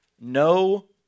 no